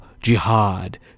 Jihad